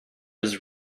was